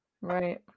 right